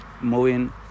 moving